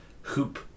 hoop